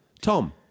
Tom